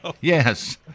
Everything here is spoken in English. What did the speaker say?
Yes